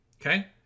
okay